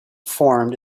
formed